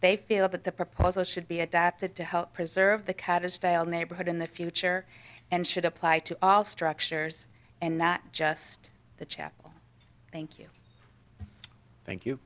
they feel that the proposal should be adapted to help preserve the cutter's dail neighborhood in the future and should apply to all structures and not just the chapel thank you thank you